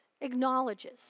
acknowledges